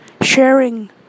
sharing